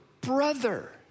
brother